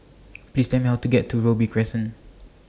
Please Tell Me How to get to Robey Crescent